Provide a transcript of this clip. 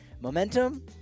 momentum